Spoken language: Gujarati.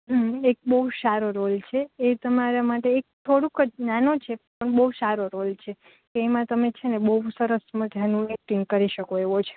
હં એક બઉ સારો રોલ છે એ તમારા માટે એક થોડુકજ એક નાનો છે પણ બહુ સારો રોલ છે તો એમાં તમે છેને બઉ સરસ મજાનું એક્ટિંગ કરી શકો એવો છે